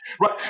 right